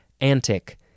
antic